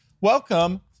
Welcome